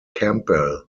campbell